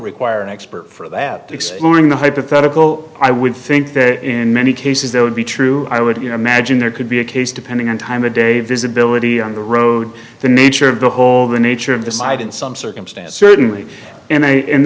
require an expert for that exploring the hypothetical i would think that in many cases they would be true i would imagine there could be a case depending on time of day visibility on the road the nature of the hole the nature of the side and some circumstances woodenly and